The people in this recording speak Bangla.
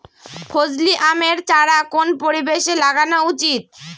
ফজলি আমের চারা কোন পরিবেশে লাগানো উচিৎ?